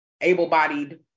able-bodied